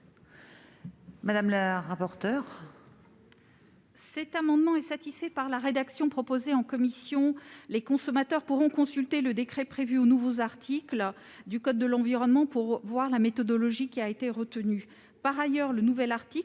Mme la rapporteure.